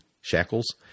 shackles